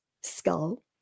skull